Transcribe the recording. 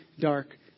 dark